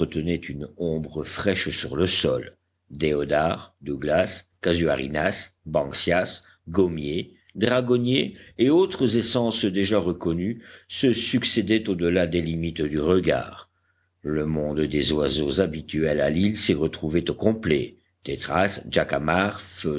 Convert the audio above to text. une ombre fraîche sur le sol déodars douglas casuarinas banksias gommiers dragonniers et autres essences déjà reconnues se succédaient au delà des limites du regard le monde des oiseaux habituels à l'île s'y retrouvait au complet